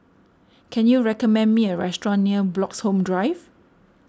can you recommend me a restaurant near Bloxhome Drive